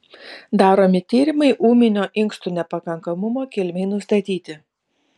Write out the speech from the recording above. daromi tyrimai ūminio inkstų nepakankamumo kilmei nustatyti